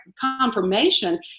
confirmation